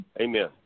Amen